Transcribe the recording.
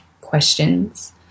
questions